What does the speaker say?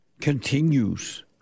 continues